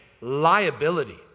liability